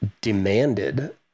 demanded